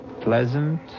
pleasant